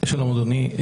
שלום אדוני.